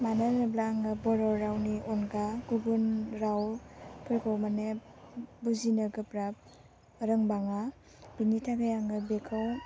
मानो होनोब्ला आङो बर' रावनि अनगा गुबुन रावफोरखौ माने बुजिनो गोब्राब रोंबाङा बेनि थाखाय आङो बेखौ